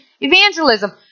evangelism